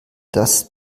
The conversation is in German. dass